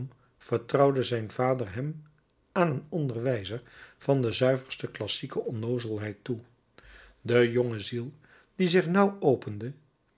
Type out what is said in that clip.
vertrouwde zijn vader hem aan een onderwijzer van de zuiverste klassieke onnoozelheid toe de jonge ziel die zich nauw opende